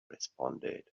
responded